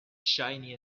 shiny